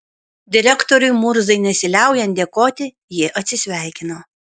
direktoriui murzai nesiliaujant dėkoti ji atsisveikino